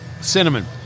cinnamon